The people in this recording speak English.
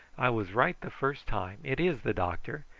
i was right the first time. it is the doctor,